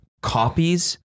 copies